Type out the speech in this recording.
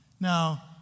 Now